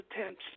attempts –